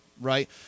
right